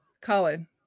Colin